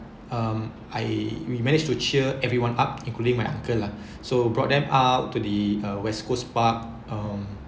um I we manage to cheer everyone up including my uncle lah so brought them up to the uh west coast park um